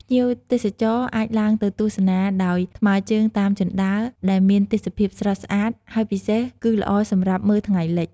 ភ្ញៀវទេសចរអាចឡើងទៅទស្សនាដោយថ្មើរជើងតាមជណ្ដើរ ដែលមានទេសភាពស្រស់ស្អាត ហើយពិសេសគឺល្អសម្រាប់មើលថ្ងៃលិច។